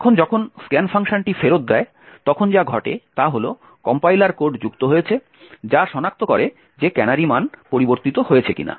এখন যখন স্ক্যান ফাংশনটি ফেরত দেয় তখন যা ঘটে তা হল কম্পাইলার কোড যুক্ত হয়েছে যা সনাক্ত করে যে ক্যানারি মান পরিবর্তিত হয়েছে কিনা